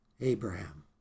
Abraham